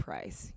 Price